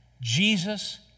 Jesus